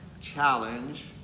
challenge